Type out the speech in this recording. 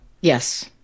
yes